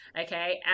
Okay